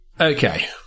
Okay